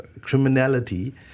criminality